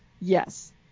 Yes